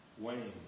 Wayne